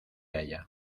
haya